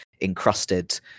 encrusted